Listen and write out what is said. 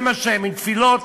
עם תפילות,